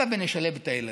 הבה ונשלב את הילדים.